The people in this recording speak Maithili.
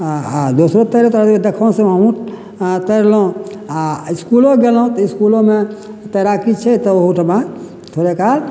आ दोसरो तैरे तोरा देखासुमे हमहुँ तैरलहुॅं आ इसकुलो गेलहुॅं तऽ इसकुलोमे तैराकी छै तऽ ओहूठमा थोड़ेक